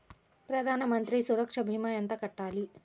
ప్రధాన మంత్రి సురక్ష భీమా ఎంత కట్టాలి?